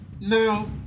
Now